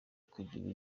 kugirira